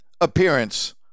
appearance